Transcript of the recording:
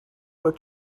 were